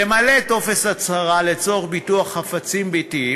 למלא טופס הצהרה לצורך ביטוח חפצים ביתיים,